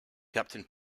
captain